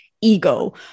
ego